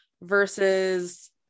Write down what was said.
versus